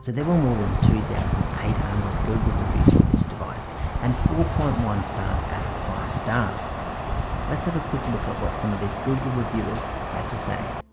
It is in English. there were more than two thousand eight hundred google reviews for this device and four point one stars out of five stars let's have a quick look at what some of these google reviewers had to say